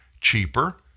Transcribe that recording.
cheaper